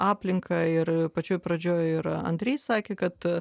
aplinką ir pačioj pradžioj yra andrei sakė kad